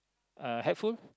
uh helpful